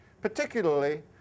Particularly